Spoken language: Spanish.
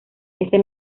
ese